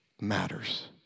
matters